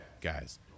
guys